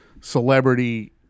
celebrity